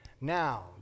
Now